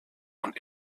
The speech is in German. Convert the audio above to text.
und